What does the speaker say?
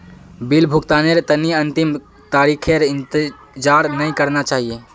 bill भुगतानेर तने अंतिम तारीखेर इंतजार नइ करना चाहिए